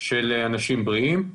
של אנשים בריאים.